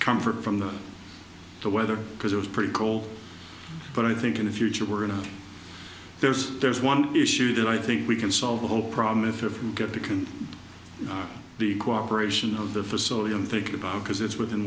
comfort from the the weather because it was pretty cold but i think in the future we're going to there's there's one issue that i think we can solve the whole problem if you're from get to can the cooperation of the facility i'm thinking about because it's within